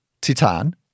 Titan